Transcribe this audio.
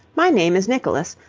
my name is nicholas.